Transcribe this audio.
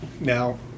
Now